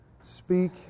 Speak